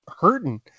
hurting